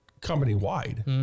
company-wide